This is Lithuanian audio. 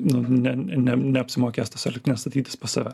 nu ne ne ne neapsimokės tas elektrines statytis pas save